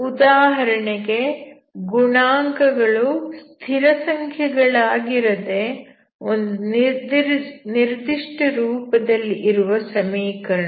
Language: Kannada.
ಉದಾಹರಣೆಗೆ ಗುಣಾಂಕಗಳು ಸ್ಥಿರ ಸಂಖ್ಯೆಗಳಾಗಿರದೆ ಒಂದು ನಿರ್ದಿಷ್ಟ ರೂಪದಲ್ಲಿ ಇರುವ ಸಮೀಕರಣಗಳು